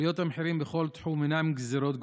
עליות המחירים בכל תחום אינן גזרות גורל.